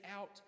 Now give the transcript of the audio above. out